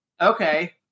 Okay